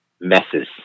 messes